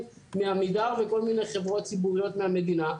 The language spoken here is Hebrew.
מעמידר ומכל מיני חברות ציבוריות מהמדינה.